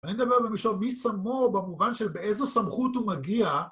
אני מדבר במישור מי שמו במובן של באיזו סמכות הוא מגיע